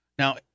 Now